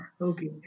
okay